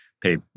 pay